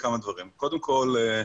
קודם כל,